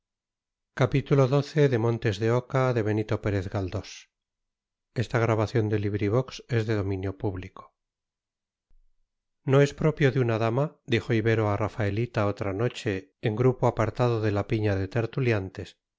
no es propio de una dama dijo ibero a rafaelita otra noche en grupo apartado de la piña de tertuliantes